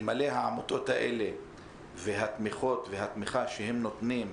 אלמלא העמותות האלה והתמיכה שהן נותנות,